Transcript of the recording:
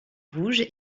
rouge